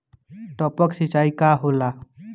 टपक सिंचाई का होला?